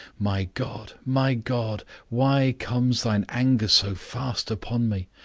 my god, my god, why comes thine anger so fast upon me?